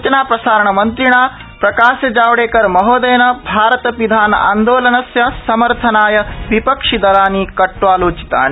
सुचना प्रसारण मन्त्रिणा प्रकाशजावड़ेकर महोदयेन भारत शिधान आन्दोलनस्य समर्थनाय वि क्षिदलानि कट्वालोचितानि